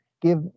give